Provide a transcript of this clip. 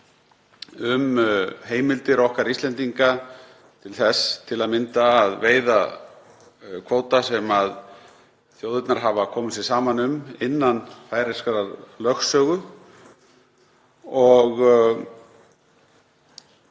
um heimildir okkar Íslendinga til þess til að mynda að veiða kvóta sem þjóðirnar hafa komið sér saman um innan færeyskrar lögsögu. Og